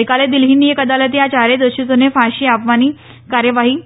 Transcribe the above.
ગઇકાલે દિલ્હીની એક અદાલતે આ યારેથ દોષિતોને ફાંસી આપવાની કાર્યવાહી